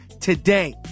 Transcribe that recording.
today